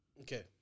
Okay